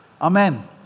Amen